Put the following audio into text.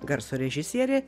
garso režisierė